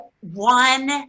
one